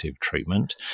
treatment